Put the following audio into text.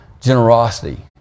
generosity